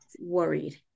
worried